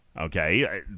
okay